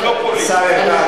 לא פוליטי.